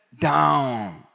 down